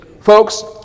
Folks